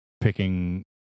picking